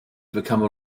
become